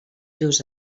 just